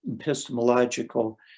epistemological